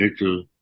little